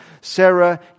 Sarah